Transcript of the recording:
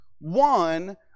One